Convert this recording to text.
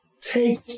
take